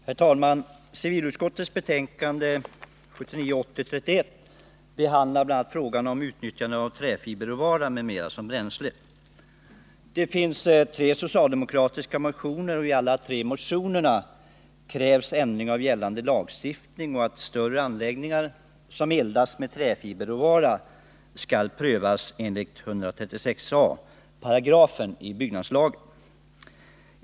Herr talman! I civilutskottets betänkande 1979/80:31 behandlas bl.a. frågan om utnyttjande av träfiberråvara m.m. som bränsle. Det finns tre socialdemokratiska motioner, och i alla tre motionerna krävs att gällande lagstiftning ändras och att större anläggningar som eldas med träfiberråvara skall prövas enligt 136 a § byggnadslagen.